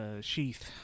sheath